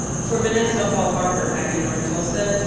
for vanessa hall-harper back in north tulsa,